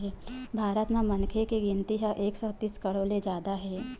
भारत म मनखे के गिनती ह एक सौ तीस करोड़ ले जादा हे